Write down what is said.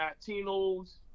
Latinos